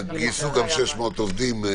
גייסו גם 600 עובדים.